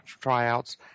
tryouts